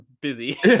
busy